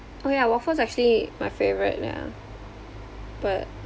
oh yeah waffles are actually my favourite yeah but